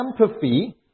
empathy